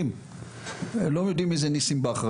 פה צעירים, לא יודעים מי זה ניסים בכר.